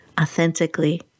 authentically